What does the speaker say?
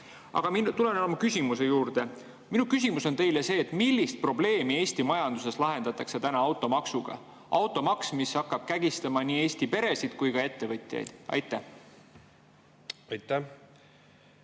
Aga tulen oma küsimuse juurde. Minu küsimus on teile see: millist probleemi Eesti majanduses lahendatakse täna automaksuga, mis hakkab kägistama nii Eesti peresid kui ka ettevõtjaid? Aitäh, hea